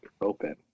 open